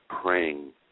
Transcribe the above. praying